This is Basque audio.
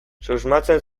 susmatzen